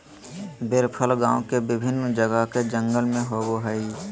बेर फल गांव के विभिन्न जगह के जंगल में होबो हइ